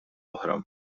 oħra